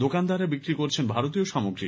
দোকানদাররা বিক্রি করছেন ভারতীয় সামগ্রী